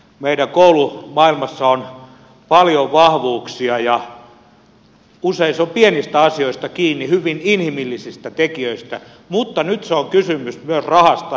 meidän koulumaailmassamme on paljon vahvuuksia ja usein se on pienistä asioista kiinni hyvin inhimillisistä tekijöistä mutta nyt on kysymys myös rahasta